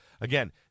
Again